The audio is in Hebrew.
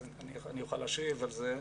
אני אוכל להשיב על זה.